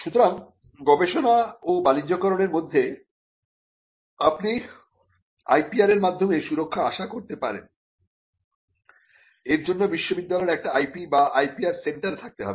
সুতরাং গবেষণা ও বাণিজ্যকরনের মধ্যে আপনি IPR এর মাধ্যমে সুরক্ষা আশা করতে পারেন এর জন্য বিশ্ববিদ্যালয়ের একটি IP বা IPR সেন্টার থাকতে হবে